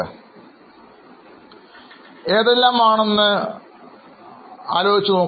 അവ ഏതെല്ലാം ആണെന്ന് ഓർക്കുന്നുണ്ടോ